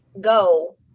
go